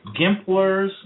Gimplers